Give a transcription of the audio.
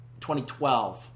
2012